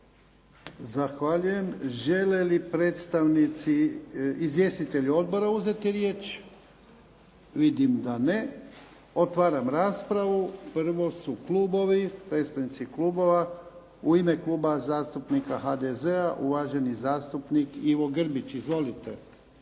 Zahvaljujem. Žele li izvjestitelji odbora uzeti riječ? Vidim da ne. Otvaram raspravu. Prvo su klubovi. Predstavnici klubova. U ime Kluba zastupnika HDZ-a uvaženi zastupnik Ivo Grbić. Izvolite.